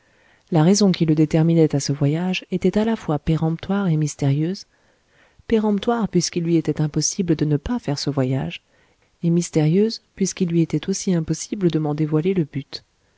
la raison qui le déterminait à ce voyage était à la fois péremptoire et mystérieuse péremptoire puisqu'il lui était impossible de ne pas faire ce voyage et mystérieuse puisqu'il lui était aussi impossible de m'en dévoiler le but